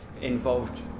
involved